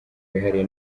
wihariye